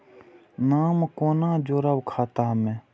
नाम कोना जोरब खाता मे